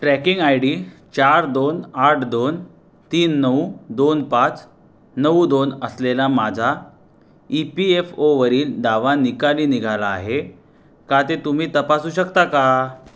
tracking I D चार दोन आठ दोन तीन नऊ दोन पाच नऊ दोन असलेला माझा ई पी एफ ओवरील दावा निकाली निघाला आहे का ते तुम्ही तपासू शकता का